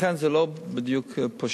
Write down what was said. לכן זה לא בדיוק פשוט.